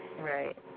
Right